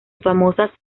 famosas